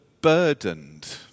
burdened